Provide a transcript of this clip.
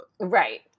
Right